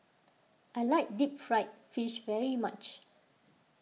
I like Deep Fried Fish very much